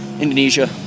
Indonesia